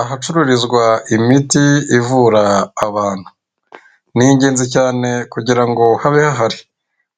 Ahacururizwa imiti ivura abantu ni ingenzi cyane kugira ngo habe hahari,